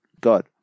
God